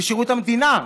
בשירות המדינה.